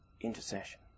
intercession